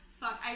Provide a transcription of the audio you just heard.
fuck